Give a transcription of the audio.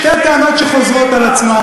שתי טענות שחוזרות על עצמן,